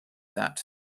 that